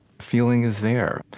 feeling is there.